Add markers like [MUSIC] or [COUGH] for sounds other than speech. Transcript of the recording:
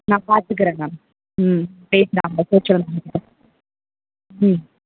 நான் பார்த்துக்குறேன் மேம் ம் [UNINTELLIGIBLE] ம்